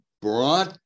brought